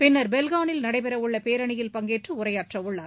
பின்னர் பெல்கானில் நடைபெறவுள்ள பேரணியில் பங்கேற்று உரையாற்றவுள்ளார்